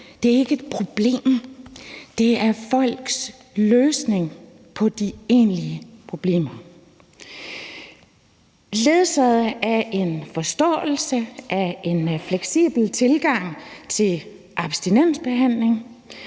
det her ikke er et problem, men at det er folks løsning på de egentlige problemer, ledsaget af en forståelse af en fleksibel tilgang til abstinensbehandlingen,